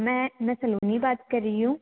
मैं मैं सलोनी बात कर रही हूँ